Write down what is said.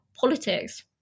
politics